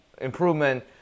improvement